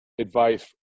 advice